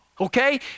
okay